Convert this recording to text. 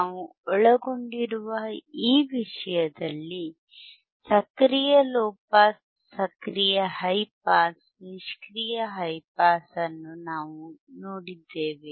ನಾವು ಒಳಗೊಂಡಿರುವ ಈ ವಿಷಯದಲ್ಲಿ ಸಕ್ರಿಯ ಲೊ ಪಾಸ್ ಸಕ್ರಿಯ ಹೈ ಪಾಸ್ ನಿಷ್ಕ್ರಿಯ ಹೈ ಪಾಸ್ ಅನ್ನು ನಾವು ನೋಡಿದ್ದೇವೆ